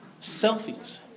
selfies